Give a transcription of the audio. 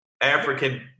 African